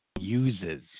Uses